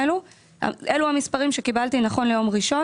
אלה המספרים שקיבלתי, נכון ליום ראשון